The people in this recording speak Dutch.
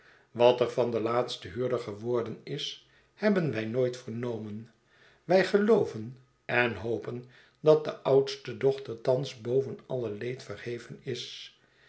wat er van den laatsten huurder geworden is hebben wij nooit vernomen wij gelooven en hopen dat de oudste dochter thans boven alle leed verheven is